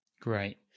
great